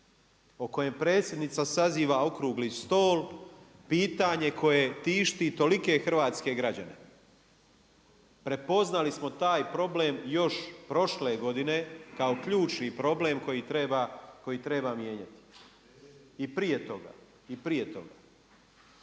O kojem Predsjednica saziva Okrugli stol, pitanje koje tišti tolike hrvatske građane. Prepoznali smo taj problem još prošle godine, kao ključni problem koji treba mijenjati. I prije toga. I vidimo